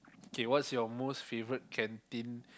K what's your most favorite canteen